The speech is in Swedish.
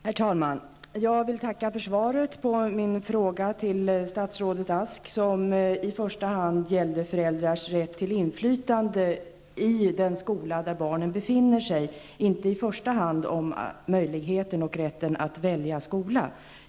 Herr talman! Jag vill tacka för svaret på min fråga till statsrådet Ask. Den gällde föräldrars rätt till inflytande i den skola där barnen befinner sig, inte i första hand rätten och möjligheten att välja skola.